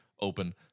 open